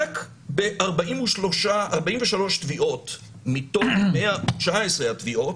רק ב-43 תביעות מתוך 119 תביעות,